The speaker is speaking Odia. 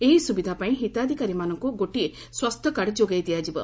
ଏହି ସୁବିଧାପାଇଁ ହିତାଧିକାରୀମାନଙ୍କୁ ଗୋଟିଏ ସ୍ୱାସ୍ଥ୍ୟକାର୍ଡ଼ ଯୋଗାଇ ଦିଆଯିବ